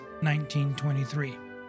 1923